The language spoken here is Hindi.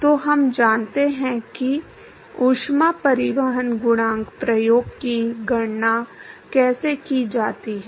तो हम जानते हैं कि ऊष्मा परिवहन गुणांक प्रयोग की गणना कैसे की जाती है